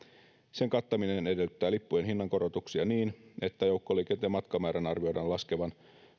sen kattaminen edellyttää lippujen hinnankorotuksia niin että joukkoliikenteen matkamäärän arvioidaan laskevan